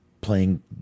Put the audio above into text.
playing